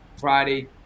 Friday